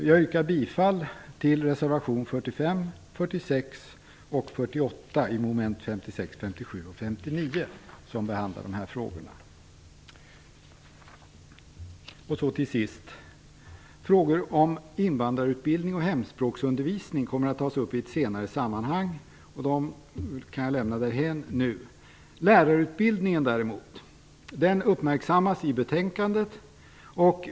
Jag yrkar bifall till reservationerna 45, 46 och 48 Till sist: Frågor om invandrarutbildning och hemspråksundervisning kommer att tas upp i ett senare sammanhang, varför jag nu kan lämna dem därhän. Lärarutbildningen däremot uppmärksammas i betänkandet.